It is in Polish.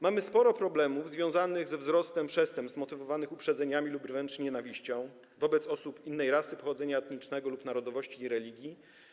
Mamy sporo problemów związanych ze wzrostem przestępstw motywowanych uprzedzeniami lub wręcz nienawiścią wobec osób innej rasy, pochodzenia etnicznego lub narodowości i religii.